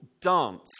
dance